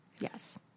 Yes